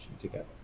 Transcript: together